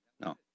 No